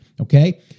okay